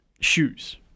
shoes